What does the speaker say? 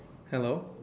hello